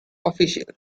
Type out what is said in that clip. officials